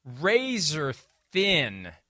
razor-thin